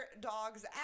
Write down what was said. dogs